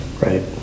right